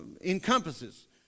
encompasses